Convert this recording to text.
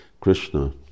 Krishna